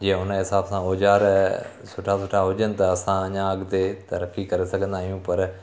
जीअं उनजे हिसाब सां औजार सुठा सुठा हुजनि त असां अञा अॻिते तरक़ी करे सघंदा आहियूं पर